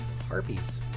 harpies